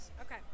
Okay